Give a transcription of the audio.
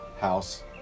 house